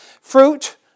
fruit